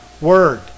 word